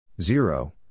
Zero